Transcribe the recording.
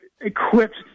equipped